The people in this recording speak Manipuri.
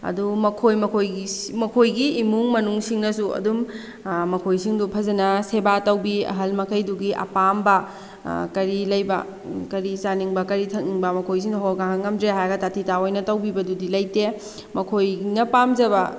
ꯑꯗꯨ ꯃꯈꯣꯏ ꯃꯈꯣꯏ ꯃꯈꯣꯏꯒꯤ ꯏꯃꯨꯡ ꯃꯅꯨꯡꯁꯤꯡꯅꯁꯨ ꯑꯗꯨꯝ ꯃꯈꯣꯏꯁꯤꯡꯗꯨ ꯐꯖꯅꯅ ꯁꯦꯕꯥ ꯇꯧꯕꯤ ꯑꯍꯜ ꯃꯈꯩꯗꯨꯒꯤ ꯑꯄꯥꯝꯕ ꯀꯔꯤ ꯂꯩꯕ ꯀꯔꯤ ꯆꯥꯅꯤꯡꯕ ꯀꯔꯤ ꯊꯛꯅꯤꯡꯕ ꯃꯈꯣꯏꯁꯤꯡꯗꯣ ꯍꯧꯒꯠ ꯀꯥꯡꯈꯠ ꯉꯝꯗꯔꯦ ꯍꯥꯏꯔꯒ ꯇꯥꯊꯤ ꯇꯥꯑꯣꯏꯅ ꯇꯧꯕꯤꯕꯗꯨꯗꯤ ꯂꯩꯇꯦ ꯃꯈꯣꯏꯅ ꯄꯥꯝꯖꯕ